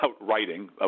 writing